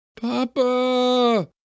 Papa